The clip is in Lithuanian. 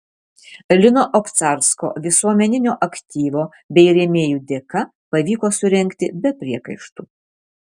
lino obcarsko visuomeninio aktyvo bei rėmėjų dėka pavyko surengti be priekaištų